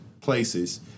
places